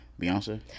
Beyonce